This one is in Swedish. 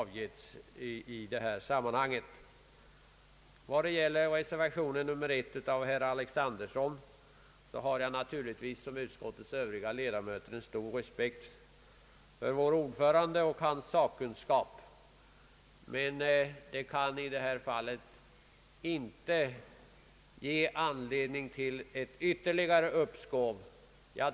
Vad beträffar reservation 1 av herr Alexanderson så har jag naturligtvis liksom utskottets övriga ledamöter stor respekt för vår ordförande och hans sakkunskap, men jag anser att det i det här fallet inte finns anledning till ytterligare uppskov.